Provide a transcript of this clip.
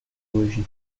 hoje